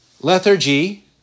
lethargy